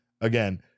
again